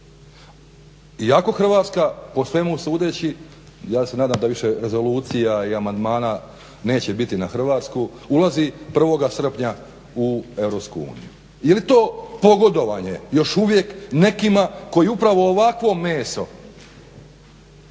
Iako Hrvatska po svemu sudeći, ja se nadam da više rezolucija i amandmana neće biti na Hrvatsku ulazi 1. srpnja u Europsku uniju. Je li to pogodovanje još uvijek nekima koji upravo ovakvo meso